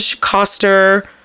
Coster